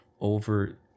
over